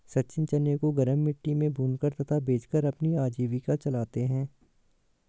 सचिन चने को गरम मिट्टी में भूनकर तथा बेचकर अपनी आजीविका चलाते हैं